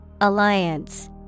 Alliance